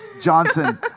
Johnson